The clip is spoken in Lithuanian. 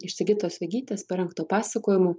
iš sigitos vegytės parengto pasakojimo